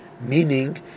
meaning